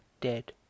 dead